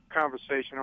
conversation